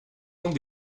ont